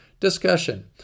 discussion